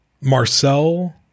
Marcel